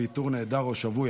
ואיתור נעדר או שבוי,